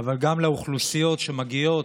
אבל גם לאוכלוסיות שמגיעות,